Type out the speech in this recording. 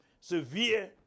severe